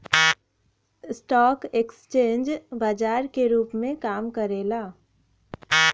stock exchange बाजार के रूप में काम करला